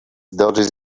dodges